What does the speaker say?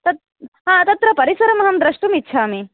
तत् तत्र परिसरम् अहं द्रष्टुम् इच्छामि